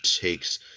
takes